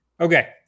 Okay